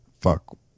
fuck